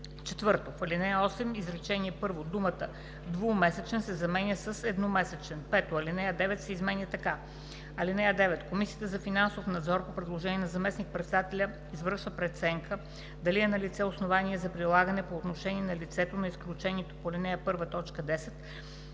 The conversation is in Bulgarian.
4. В ал. 8, изречение първо думата „двумесечен“ се заменя с „едномесечен“. 5. Алинея 9 се изменя така: „(9) Комисията за финансов надзор по предложение на заместник-председателя извършва преценка дали е налице основание за прилагане по отношение на лицето на изключението по ал. 1, т.